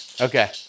Okay